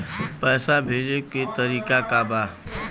पैसा भेजे के तरीका का बा?